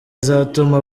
izatuma